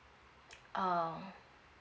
oh